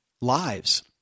lives